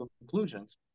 conclusions